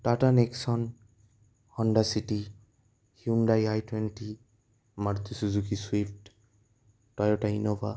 Tata Nexon Honda city Hyundai I twenty Maruti Suzuki swift Toyota Innova